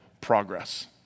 progress